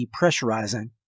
depressurizing